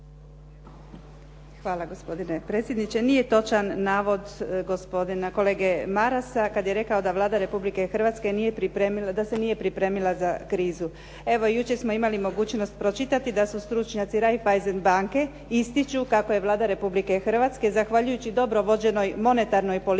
Hvala gospodine predsjedniče. Nije točan navod gospodina kolege Marasa kad je rekao da Vlada Republike Hrvatske nije pripremila, da se nije pripremila za krizu. Evo, jučer smo imali mogućnost pročitati da su stručnjaci Reifeisen banke ističu kako je Vlada Republike Hrvatske zahvaljujući dobro vođenoj monetarnoj politici